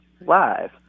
live